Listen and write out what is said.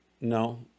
No